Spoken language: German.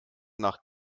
nach